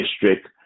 district